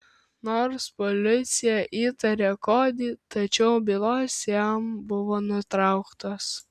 nors policija įtarė kodį tačiau bylos jam buvo nutrauktos